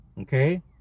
Okay